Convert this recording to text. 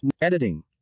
Editing